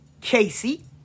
Casey